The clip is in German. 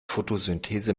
fotosynthese